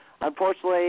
unfortunately